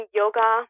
yoga